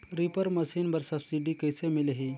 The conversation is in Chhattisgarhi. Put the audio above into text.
रीपर मशीन बर सब्सिडी कइसे मिलही?